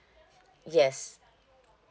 yes